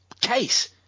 case